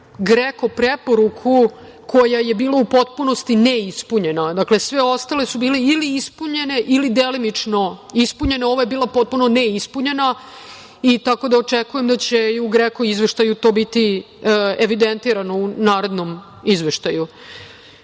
GREKO preporuku koja je bila u potpunosti ne ispunjena. Dakle, sve ostale su bile ili ispunjene ili delimično ispunjene. Ova je bila potpuno neispunjena, tako da očekujem da će i u GREKO izveštaju to biti evidentirano, u naredno izveštaju. Takođe,